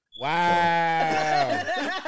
Wow